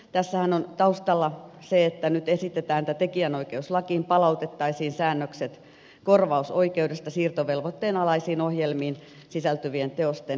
tässähän on taustalla se että nyt esitetään että tekijänoikeuslakiin palautettaisiin säännökset korvausoikeudesta siirtovelvoitteen alaisiin ohjelmiin sisältyvien teosten edelleen lähettämisestä